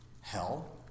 hell